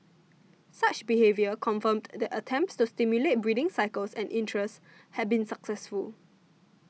such behaviour confirmed that attempts to stimulate breeding cycles and interest had been successful